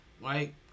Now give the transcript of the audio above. right